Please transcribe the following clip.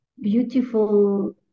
beautiful